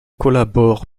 collabore